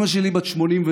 אימא שלי בת 86,